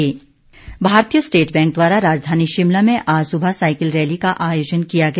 cycle rally भारतीय state bank द्वारा राजधानी शिमला में आज सुबह साईकिल रैली का आयोजन किया गया